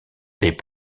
les